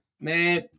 man